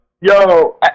Yo